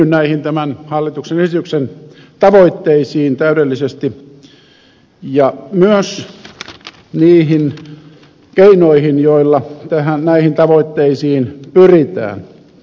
minäkin yhdyn tämän hallituksen esityksen tavoitteisiin täydellisesti ja myös niihin keinoihin joilla näihin tavoitteisiin pyritään